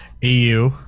eu